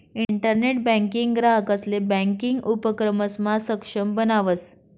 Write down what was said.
internet banking ग्राहकंसले banking उपक्रमसमा सक्षम बनावस